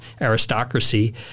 aristocracy